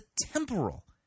temporal